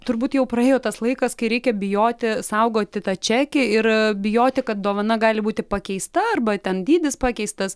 turbūt jau praėjo tas laikas kai reikia bijoti saugoti tą čekį ir bijoti kad dovana gali būti pakeista arba ten dydis pakeistas